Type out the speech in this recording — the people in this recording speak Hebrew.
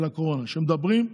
על הקורונה: כשמדברים,